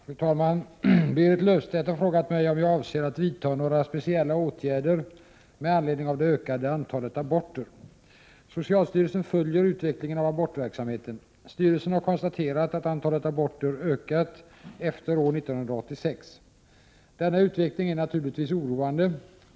Fru talman! Berit Löfstedt har frågat mig om jag avser att vidta några speciella åtgärder med anledning av det ökade antalet aborter. Socialstyrelsen följer utvecklingen av abortverksamheten. Styrelsen har konstaterat att antalet aborter ökat efter år 1986. Denna utveckling är naturligtvis oroande.